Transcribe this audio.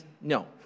no